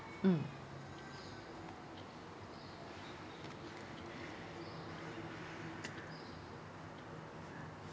mm